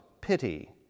pity